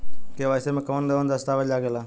KYC में कवन कवन दस्तावेज लागे ला?